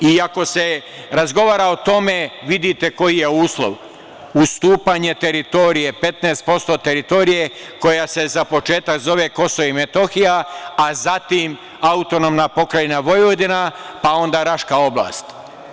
Ako se razgovara o tome, vidite koji je uslov – ustupanje teritorije, 15% teritorije koja se za početak zove Kosovo i Metohija, a zatim AP Vojvodina, pa onda Raška oblast.